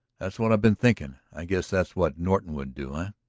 that's what i've been thinking. i guess that's what norton would do, ah?